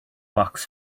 box